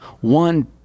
one